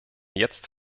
jetzt